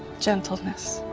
gentleness,